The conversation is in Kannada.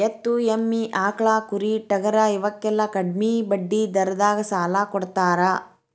ಎತ್ತು, ಎಮ್ಮಿ, ಆಕ್ಳಾ, ಕುರಿ, ಟಗರಾ ಇವಕ್ಕೆಲ್ಲಾ ಕಡ್ಮಿ ಬಡ್ಡಿ ದರದಾಗ ಸಾಲಾ ಕೊಡತಾರ